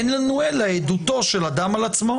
אין לנו אלא עדותו של אדם על עצמו.